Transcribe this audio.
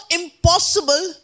impossible